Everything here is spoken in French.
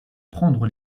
prendre